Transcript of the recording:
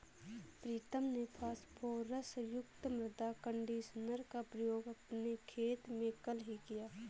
प्रीतम ने फास्फोरस युक्त मृदा कंडीशनर का प्रयोग अपने खेत में कल ही किया